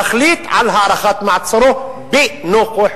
שמחליט על הארכת מעצרו בנוכחותו.